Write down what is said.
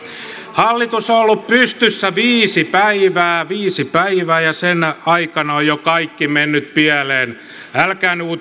hallitus on ollut pystyssä viisi päivää viisi päivää ja sen aikana on jo kaikki mennyt pieleen älkää nyt